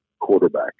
quarterback